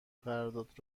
قرارداد